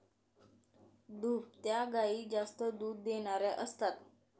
दुभत्या गायी जास्त दूध देणाऱ्या असतात